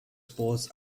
sports